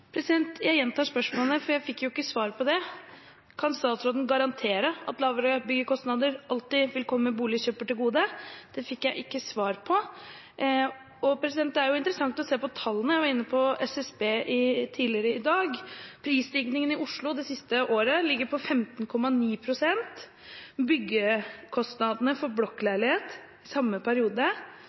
Jeg gjentar spørsmålet, for jeg fikk ikke svar på det: Kan statsråden garantere at lavere byggekostnader alltid vil komme boligkjøper til gode? Det fikk jeg ikke svar på. Det er interessant å se på tallene. Jeg var inne på SSB tidligere i dag. Prisstigningen i Oslo det siste året ligger på 15,9 pst., byggekostnadene for blokkleilighet i samme periode